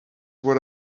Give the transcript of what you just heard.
what